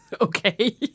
Okay